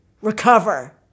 recover